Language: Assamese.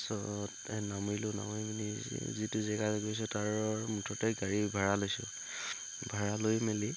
তাৰপিছত নামিলোঁ নামি মেলি যিটো জেগাত গৈছো মুঠতে গাড়ী ভাড়া লৈছোঁ ভাড়া লৈ মেলি